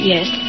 Yes